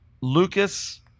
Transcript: Lucas